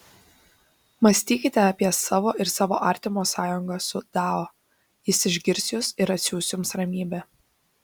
mąstykite apie savo ir savo artimo sąjungą su dao jis išgirs jus ir atsiųs jums ramybę